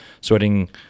sweating